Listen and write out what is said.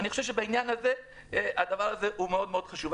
אני חושב שהעניין הזה מאוד מאוד חשוב.